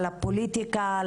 לפוליטיקה,